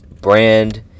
brand